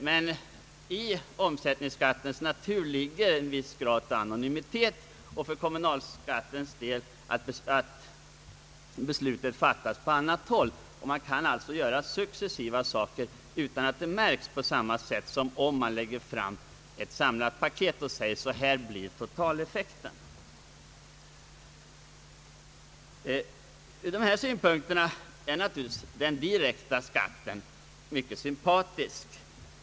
Men i omsättningsskattens natur ligger en viss grad av anonymitet, och för kommunalskatten gäller att besluten fattas på andra: håll. Man kan alltså göra successiva höjningar utan att det märks på samma sätt som om man lägger fram ett sämlat paket och säger att så här blir totaleffekten. | Ur dessa synpunkter är naturligtvis den direkta skatten mycket sympatisk.